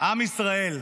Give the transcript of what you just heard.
עם ישראל,